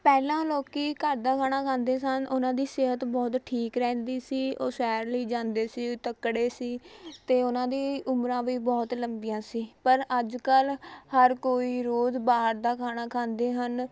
ਪਹਿਲਾਂ ਲੋਕ ਘਰ ਦਾ ਖਾਣਾ ਖਾਂਦੇ ਸਨ ਉਨ੍ਹਾਂ ਦੀ ਸਿਹਤ ਬਹੁਤ ਠੀਕ ਰਹਿੰਦੀ ਸੀ ਉਹ ਸੈਰ ਲਈ ਜਾਂਦੇ ਸੀ ਤਕੜੇ ਸੀ ਅਤੇ ਉਨ੍ਹਾਂ ਦੀ ਉਮਰਾਂ ਵੀ ਬਹੁਤ ਲੰਬੀਆਂ ਸੀ ਪਰ ਅੱਜ ਕੱਲ੍ਹ ਹਰ ਕੋਈ ਰੋਜ਼ ਬਾਹਰ ਦਾ ਖਾਣਾ ਖਾਂਦੇ ਹਨ